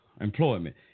employment